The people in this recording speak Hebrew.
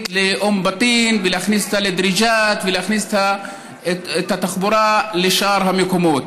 לאום בטין ולהכניס אותה לדריג'את ולהכניס את התחבורה לשאר המקומות.